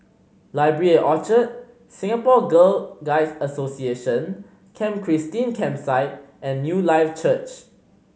Library at Orchard Singapore Girl Guides Association Camp Christine Campsite and Newlife Church